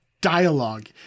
dialogue